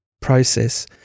process